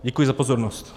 Děkuji za pozornost.